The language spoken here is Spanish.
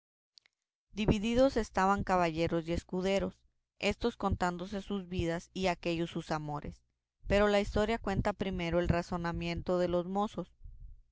divididos estaban caballeros y escuderos éstos contándose sus vidas y aquéllos sus amores pero la historia cuenta primero el razonamiento de los mozos